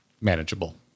manageable